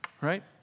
right